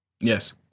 Yes